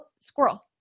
squirrel